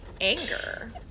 anger